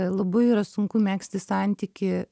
labai yra sunku megzti santykį